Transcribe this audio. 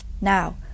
Now